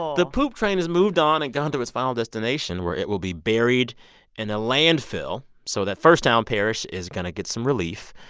the poop train has moved on and gone to its final destination, where it will be buried in a landfill. so that first town, parrish, is going to get some relief.